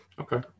Okay